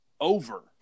over